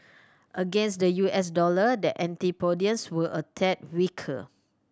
against the U S dollar the antipodeans were a tad weaker